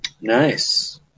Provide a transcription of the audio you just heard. Nice